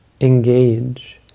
engage